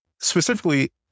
Specifically